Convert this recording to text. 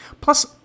Plus